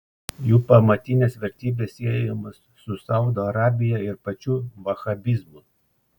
jų pamatinės vertybės siejamos su saudo arabija ir pačiu vahabizmu